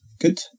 good